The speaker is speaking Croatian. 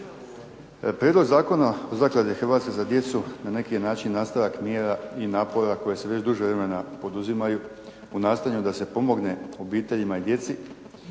Prijedlog Zakona o Zakladi "Hrvatska za djecu" na neki je način nastavak mjera i napora koje se već duže vremena poduzimaju u nastojanju da se pomogne obiteljima i djeci